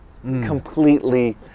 completely